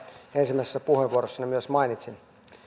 ensimmäisessä puheenvuorossani myös mainitsin